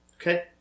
Okay